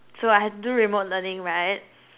so I had to do remote learning right